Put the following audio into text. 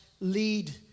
lead